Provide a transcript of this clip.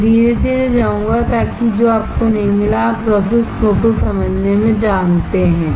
मैं धीरे धीरे जाऊंगाताकि जो आपको नहीं मिला आप प्रोसेस फ्लो को समझने में जानते हैं